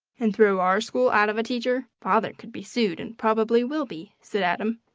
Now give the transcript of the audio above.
and throw our school out of a teacher? father could be sued, and probably will be, said adam.